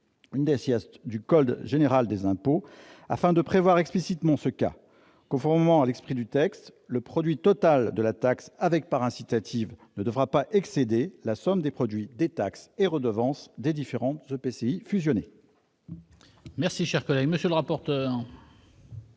1636 B du code général des impôts afin de prévoir explicitement ce cas. Conformément à l'esprit du texte, le produit total de la taxe avec part incitative ne devra pas excéder la somme des produits des taxes et redevances des différents EPCI fusionnés.